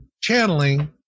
channeling